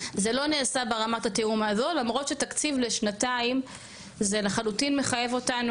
זה לא נעשה ברמת --- למרות שתקציב לשנתיים זה לחלוטין מחייב אותנו